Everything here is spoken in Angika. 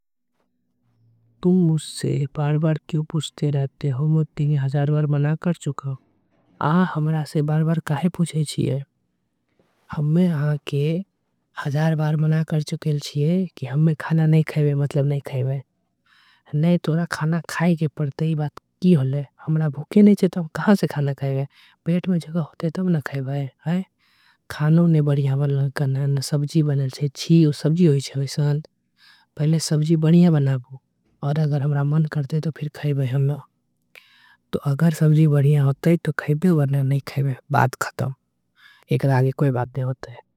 तुम मुझसे बारबार क्यों पुछते रहते हो मुझे तीनी अजार बार। मना कर चुका आह हमरा से बारबार काई पुछे चीए हमें। आंके अजार बार मना कर चुकेल चीए कि हमें खाना नहीं। खाएवे मतलब नहीं खाएवे नहीं तो आपका खाना खाएगे। पड़ते ही बात की होले हमरा भुखे नहीं चेते हैं कहाँ से। खाना खाएगे बेट में जगह होते हैं तो हमें खाएवे हैं खानों। नहीं बड़िया हमें सबजी बड़ते है चीए वो सबजी होई चाहिए। पहले सबजी बड़िया बनागू और अगर हमरा मन करते हैं तो। फिर खाएवे हैं तो अगर सबजी बड़िया होते हैं तो खाएवे है। और नहीं खाएवे हैं बात ख़तम एकला आगे कोई बात नहीं होते हैं।